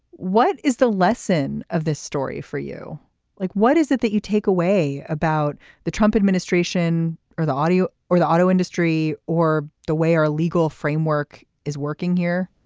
what is the lesson of this story for you like what is it that you take away about the trump administration or the audio or the auto industry or the way our legal framework is working here